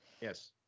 Yes